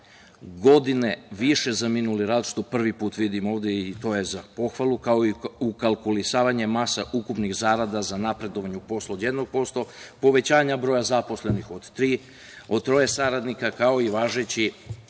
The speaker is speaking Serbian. godine više za minuli rad, što prvi put vidim ovde i to je za pohvalu, kao i ukalkulisavanje masa ukupnih zarada za napredovanje u poslu od 1%, povećanje broja zaposlenih od 3, od troje saradnika, kao i važeće